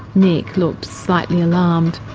nick looked slightly alarmed.